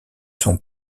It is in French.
son